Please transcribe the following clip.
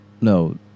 No